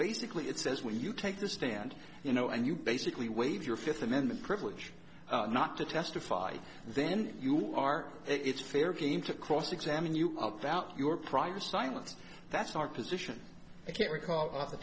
basically it says when you take the stand you know and you basically waive your fifth amendment privilege not to testify then you are it's fair game to cross examine you about your prior silence that's our position i can't recall off the